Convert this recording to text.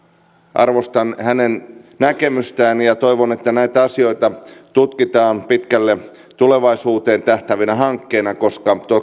arvostan hänen näkemystään ja toivon että näitä asioita tutkitaan pitkälle tulevaisuuteen tähtäävinä hankkeina koska